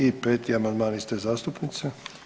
I peti amandman iste zastupnice.